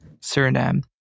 Suriname